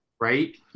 Right